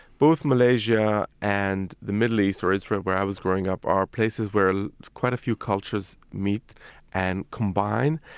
both malaysia and the middle east or israel, where i was growing up are places where quite a few cultures meet and combine.